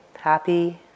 happy